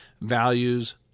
values